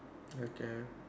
okay